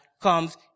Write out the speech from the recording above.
comes